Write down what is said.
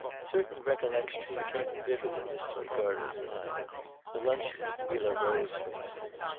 certain recollections became vivid in mr. ricardo's mind the luncheon at the villa rose, for instance.